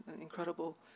incredible